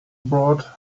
bought